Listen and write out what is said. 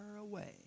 away